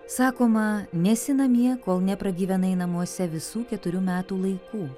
sakoma nesi namie kol nepragyvenai namuose visų keturių metų laikų